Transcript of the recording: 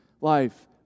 life